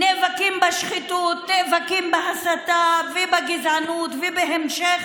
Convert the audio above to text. נאבקים בשחיתות, נאבקים בהסתה, בגזענות ובהמשך